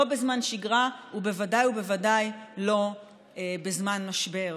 לא בזמן שגרה ובוודאי ובוודאי לא בזמן משבר.